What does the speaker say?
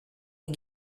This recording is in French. les